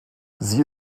sie